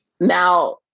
now